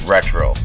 Retro